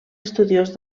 estudiós